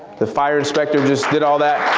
the fire inspector just did all that.